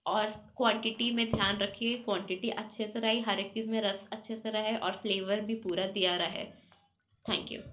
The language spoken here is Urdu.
اور کوانٹٹی میں دھیان رکھیے کوانٹٹی اچھے سے رہے ہر ایک چیز میں رس اچھے سے رہے اور فلیور بھی پورا دیا رہے تھینک یو